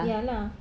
ya lah